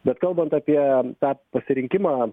bet kalbant apie tą pasirinkimą